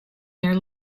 their